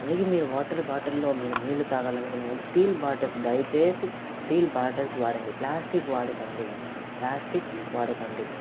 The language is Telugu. అందుకే మీరు వాటర్ బాటిల్ లో మీరు నీళ్లు తాగాలనుకున్న వాళ్ళు స్టీల్ బాటిల్స్ దయచేసి స్టీల్ బాటిల్స్ వాడండి ప్లాస్టిక్ వాడకండి ప్లాస్టిక్ వాడకండి